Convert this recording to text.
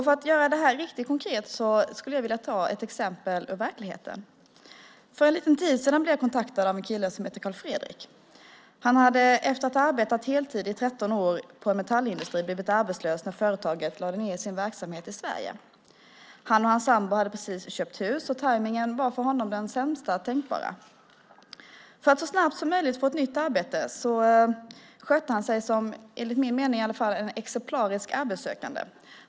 För att göra det här riktigt konkret ska jag ta ett exempel ur verkligheten. För en liten tid sedan blev jag kontaktad av en kille som heter Karl-Fredrik. Efter att ha arbetat heltid i 13 år på en metallindustri hade han blivit arbetslös när företaget lade ned sin verksamhet i Sverige. Han och hans sambo hade precis köpt hus. Tajmningen var för honom den sämsta tänkbara. För att så snabbt som möjligt få ett nytt arbete skötte han sig som en, i alla fall enligt min mening, exemplarisk arbetssökande.